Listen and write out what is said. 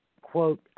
quote